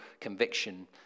conviction